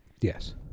Yes